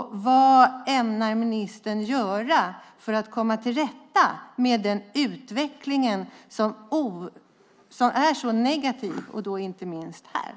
Vad ämnar ministern göra för att komma till rätta med en utveckling som är så negativ, inte minst i Stockholm?